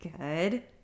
Good